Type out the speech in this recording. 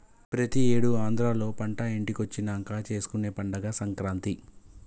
ప్రతి ఏడు ఆంధ్రాలో పంట ఇంటికొచ్చినంక చేసుకునే పండగే సంక్రాంతి